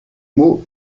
mots